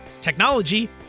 technology